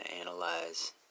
analyze